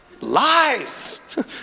Lies